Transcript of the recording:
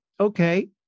Okay